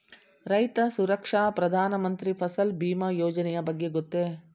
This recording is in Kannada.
ರೈತ ಸುರಕ್ಷಾ ಪ್ರಧಾನ ಮಂತ್ರಿ ಫಸಲ್ ಭೀಮ ಯೋಜನೆಯ ಬಗ್ಗೆ ಗೊತ್ತೇ?